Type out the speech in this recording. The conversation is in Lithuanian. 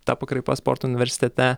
tą pakraipą sporto universitete